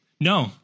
No